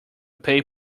pay